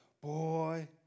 boy